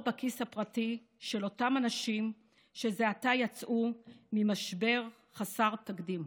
בכיס הפרטי של אותם אנשים שזה עתה יצאו ממשבר חסר תקדים.